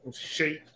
shape